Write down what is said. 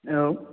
औ